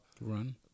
run